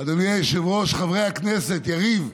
אדוני היושב-ראש, חברי הכנסת, יריב,